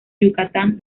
yucatán